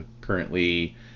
currently